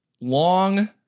Long